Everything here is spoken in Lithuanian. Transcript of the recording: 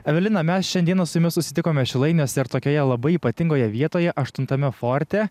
evelina mes šiandieną su jumis susitikome šilainiuose ir tokioje labai ypatingoje vietoje aštuntame forte